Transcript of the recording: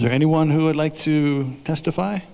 is there anyone who would like to testify